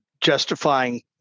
justifying